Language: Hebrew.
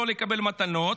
ולא לקבל מתנות.